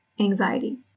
anxiety